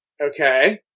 Okay